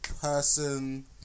person